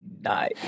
Nice